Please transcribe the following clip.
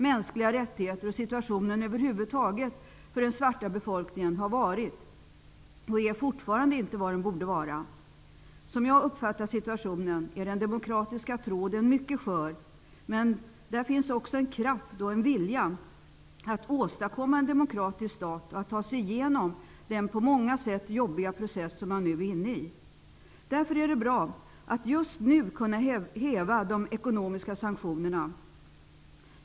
Mänskliga rättigheter och situationen över huvud taget för den svarta befolkningen har inte varit och är fortfarande inte vad den borde vara. Som jag uppfattar situationen är den demokratiska tråden mycket skör. Men där finns också en kraft och en vilja att åstadkomma en demokratisk stat och att ta sig igenom den på många sätt jobbiga process som man nu är inne i. Därför är det bra att just nu kunna häva de ekonomiska sanktionerna.